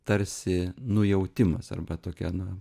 tarsi nujautimas arba tokia na